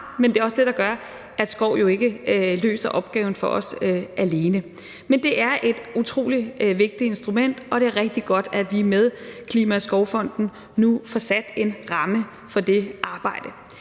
men det er også det, der gør, at skov jo ikke løser opgaven for os alene. Men det er et utrolig vigtigt instrument, og det er rigtig godt, at vi med Klimaskovfonden nu får sat en ramme for det arbejde.